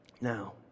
Now